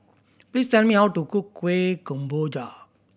please tell me how to cook Kueh Kemboja